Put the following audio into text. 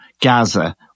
Gaza